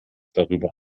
darüber